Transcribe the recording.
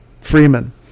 Freeman